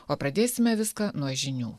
o pradėsime viską nuo žinių